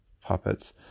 puppets